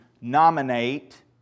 nominate